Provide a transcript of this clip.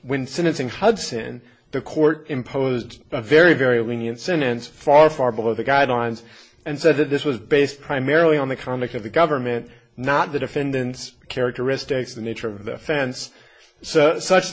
when sentencing hudson the court imposed a very very lenient sentence far far below the guidelines and said that this was based primarily on the comic of the government not the defendant's characteristics the nature of the fence so such